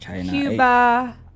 Cuba